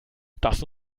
das